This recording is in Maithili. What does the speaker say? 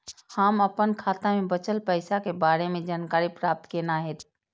हम अपन खाता में बचल पैसा के बारे में जानकारी प्राप्त केना हैत?